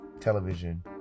television